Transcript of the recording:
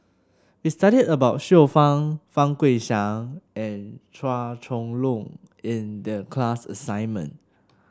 we studied about Xiu Fang Fang Guixiang and Chua Chong Long in the class assignment